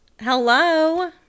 Hello